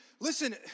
listen